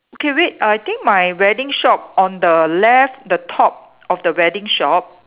okay wait I think my wedding shop on the left the top of the wedding shop